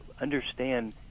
understand